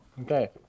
okay